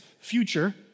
future